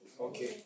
Okay